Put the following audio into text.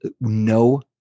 no